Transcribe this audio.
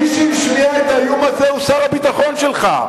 מי שהשמיע את האיום הזה הוא שר הביטחון שלך.